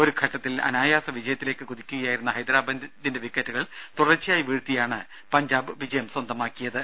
ഒരു ഘട്ടത്തിൽ അനായാസ വിജയത്തിലേക്ക് കുതിക്കുകയായിരുന്ന ഹൈദരാബാദിന്റെ വിക്കറ്റുകൾ തുടർച്ചയായി വീഴ്ത്തിയാണ് പഞ്ചാബ് വിജയം സ്വന്തമാക്കിയത്